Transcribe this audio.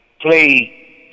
play